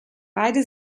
beide